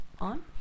on